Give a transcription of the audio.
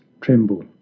tremble